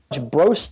bro